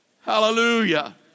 Hallelujah